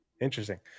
Interesting